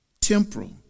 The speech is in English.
temporal